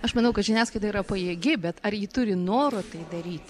aš manau kad žiniasklaida yra pajėgi bet ar ji turi noro tai daryti